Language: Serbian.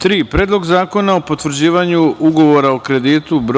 saradnji, Predlog zakona o potvrđivanju Ugovora o kreditu br.